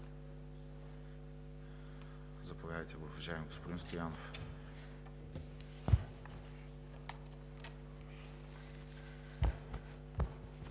Заповядайте, уважаеми господин Стоянов.